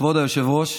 כבוד היושב-ראש,